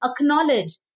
acknowledge